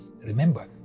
remember